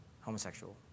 homosexual